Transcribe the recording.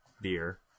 beer